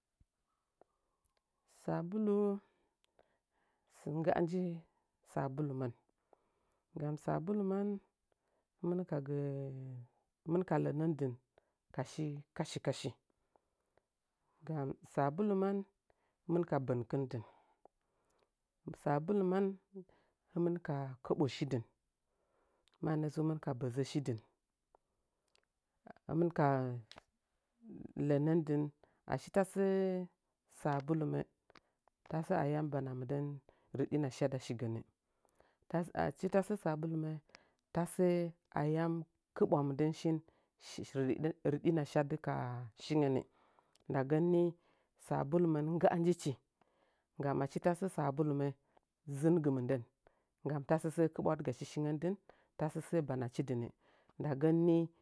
Sabulu sɨ ngga nji sabulumən nggani sabulumən hɨmɨn ka gə-hɨmɨn ka lənən dɨn kashi kashi kashi nggami sabulumən, hɨmin ka bənkɨn dɨn mannətsu hɨmin ka bəzəshi dɨn hɨmɨn ka lənən din achi tasə sabulumə tasə ayam bana nuindən rtɗinna shadi ashigənni “tasə-achi tasə sabulunə” tasə ayan kiɓwa mɨndən shin-shi- ridinga shadɨ kashigənnɨ nda gənni sabulumən ngga njichi nggam achi tasə sabulumə zɨngɨ mɨndən nggan tasə səə kɨɓwadgachi shinggən din tasə səə banachi ndagənni.